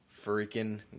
freaking